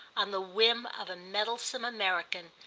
on the whim of a meddlesome american,